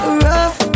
rough